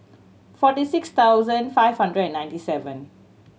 forty six thousand five hundred and ninety seven